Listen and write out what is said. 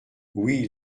oui